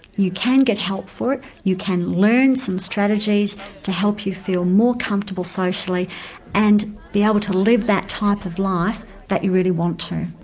you can get help for it, you can learn some strategies to help you feel more comfortable socially and be able to live that type of life that you really want to.